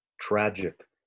tragic